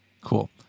Cool